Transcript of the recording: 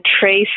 trace